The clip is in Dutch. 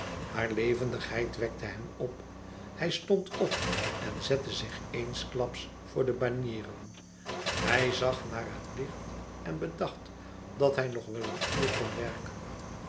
hare levendigheid wekte hem op hij stond op en zette zich eensklaps voor de banieren hij zag naar het licht en bedacht dat hij nog wel een uur kon werken